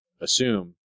assume